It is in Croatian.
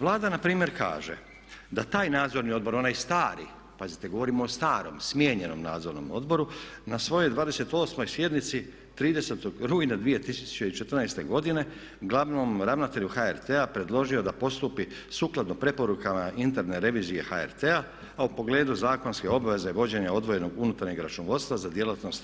Vlada na primjer kaže da taj nadzorni odbor, onaj stari, pazite govorimo o starom smijenjenom nadzornom odboru, na svojoj 28. sjednici 30. rujna 2014. godine glavnom ravnatelju HRT-a predložio da postupi sukladno preporukama interne revizije HRT-a u pogledu zakonske obveze vođenja odvojenog unutarnjeg računovodstva za djelatnost